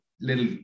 little